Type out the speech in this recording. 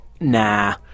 nah